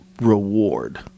reward